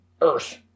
earth